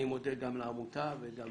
אני מודה גם לעמותה וגם